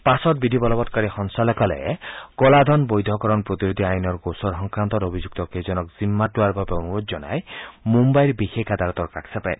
পাছৰ বিধি বলৱৎকাৰী সঞ্চালকালয়ে ক'লাধন বৈধকৰণ প্ৰতিৰোধী আইনৰ গোচৰ সংক্ৰান্তত অভিযুক্ত কেইজনক জিম্মাত লোৱাৰ বাবে অনুৰোধ জনাই মুন্নাইৰ বিশেষ আদালতৰ কাষ চাপে